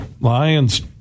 Lions